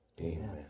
Amen